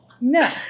No